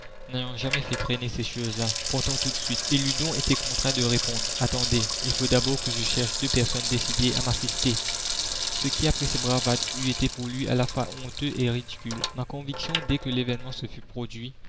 n'ayant jamais fait traîner ces choses-là la commune partons tout de suite il eût donc été contraint de répondre attendez il faut d'abord que je cherche deux personnes décidées à m'assister ce qui après ses bravades eût été pour lui à la fois honteux et ridicule ma conviction dès que l'événement se fut produit